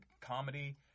comedy